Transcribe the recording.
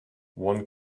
one